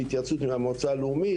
בהתייעצות עם המועצה הלאומית,